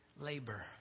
labor